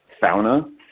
fauna